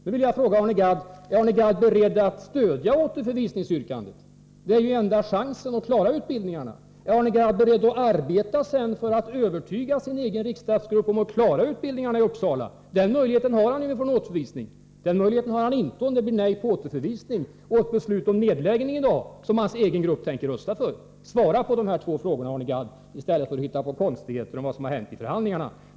Nu vill jag fråga Arne Gadd: Är Arne Gadd beredd att stödja återförvisningsyrkandet? Det är ju den enda chansen att få behålla utbildningarna. Är Arne Gadd beredd att sedan arbeta för att övertyga sin egen riksdagsgrupp om att man skall behålla utbildningarna i Uppsala? Den möjligheten har han ju om vi får en återförvisning. Den möjligheten har han inte om det blir nej på yrkandet om återförvisning och ett beslut om nedläggning i dag, som hans egen grupp tänker rösta för. Svara på de här frågorna, Arne Gadd, i stället för att hitta på konstigheter om vad som hänt vid förhandlingarna!